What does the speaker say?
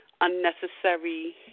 unnecessary